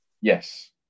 Yes